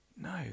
No